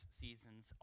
seasons